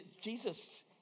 Jesus